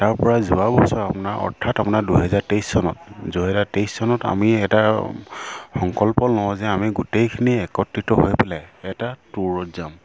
তাৰ পৰা যোৱা বছৰ আপোনাৰ অৰ্থাৎ আপোনাৰ দুহেজাৰ তেইছ চনত দুহেজাৰ তেইছ চনত আমি এটা সংকল্প লওঁ যে আমি গোটেইখিনি একত্ৰিত হৈ পেলাই এটা ট্য়ুৰত যাম